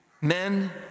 Men